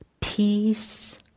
peace